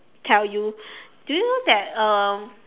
tell you do you know that um